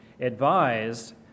advised